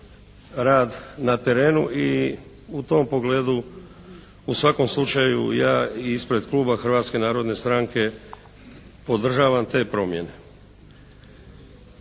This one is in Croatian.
rad na terenu i u tom pogledu u svakom slučaju ja ispred kluba Hrvatske narodne stranke podržavam te promjene.